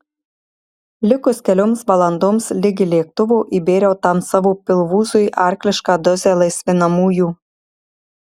likus kelioms valandoms ligi lėktuvo įbėriau tam savo pilvūzui arklišką dozę laisvinamųjų